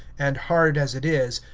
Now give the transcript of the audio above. and, hard as it is,